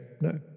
no